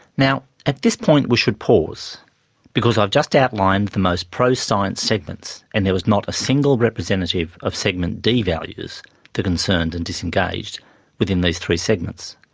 now at this point we should pause because i have just outlined the most pro-science segments, and there was not a single representative of segment d values the concerned and disengaged within these three segments.